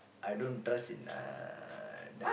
I don't trust in uh that